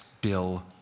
bill